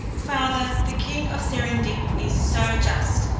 farther, the king of serendib is so just,